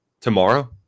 tomorrow